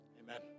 Amen